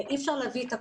אי אפשר להביא את הכול,